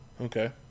Okay